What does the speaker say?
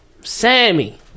Sammy